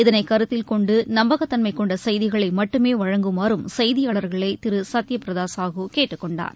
இதனை கருத்தில் கொண்டு நம்பகத்தன்மை கொண்ட செய்திகளை மட்டுமே வழங்குமாறும் செய்தியாள்களை திரு சத்ய பிரதா சாஹூ கேட்டுக் கொண்டார்